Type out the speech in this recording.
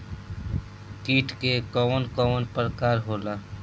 कीट के कवन कवन प्रकार होला?